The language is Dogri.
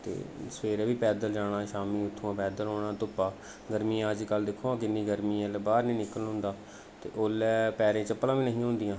ते सवेरे बी पैदल जाना शामीं उत्थूं दा पैदल औना धुप्पां गर्मी अजकल दिक्खोआं किन्नी गर्मी ऐ एल्लै बाह्र नेईं निकलना होंदा ते उसलै पैरें च चप्पलां बी निं हियां होंदियां